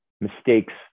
mistakes